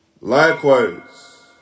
Likewise